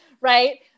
right